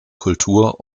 kultur